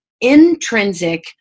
intrinsic